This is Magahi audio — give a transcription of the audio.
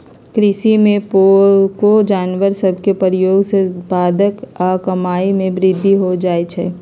कृषि में पोअउऔ जानवर सभ के प्रयोग से उत्पादकता आऽ कमाइ में वृद्धि हो जाइ छइ